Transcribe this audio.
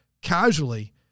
casually